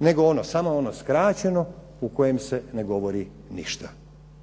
nego samo ono skraćeno u kojem se ne govori ništa